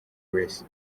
wese